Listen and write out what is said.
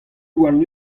warn